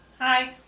Hi